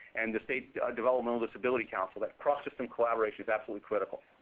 and the state developmental disability council. that cross-system collaboration is absolutely critical.